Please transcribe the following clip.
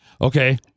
Okay